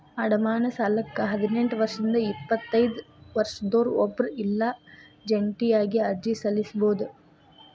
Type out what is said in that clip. ಅಡಮಾನ ಸಾಲಕ್ಕ ಹದಿನೆಂಟ್ ವರ್ಷದಿಂದ ಎಪ್ಪತೈದ ವರ್ಷದೊರ ಒಬ್ರ ಇಲ್ಲಾ ಜಂಟಿಯಾಗಿ ಅರ್ಜಿ ಸಲ್ಲಸಬೋದು